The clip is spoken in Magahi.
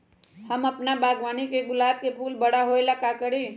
हम अपना बागवानी के गुलाब के फूल बारा होय ला का करी?